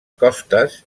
costes